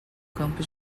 campo